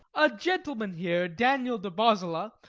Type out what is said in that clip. a gentleman here, daniel de bosola,